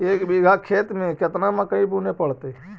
एक बिघा खेत में केतना मकई बुने पड़तै?